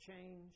change